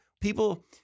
people